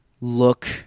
look